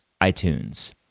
iTunes